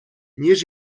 ніж